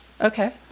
Okay